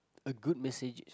a good message